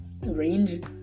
range